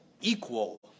equal